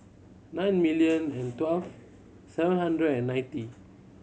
nine million and twelve seven hundred and ninety